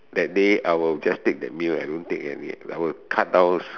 that day I will just take that meal I don't take any I will cut down